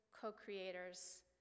co-creators